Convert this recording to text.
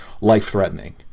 life-threatening